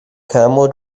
camel